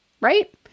right